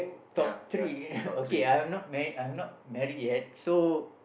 top three okay I am not married I am not married yet so